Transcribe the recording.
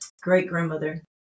great-grandmother